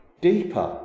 deeper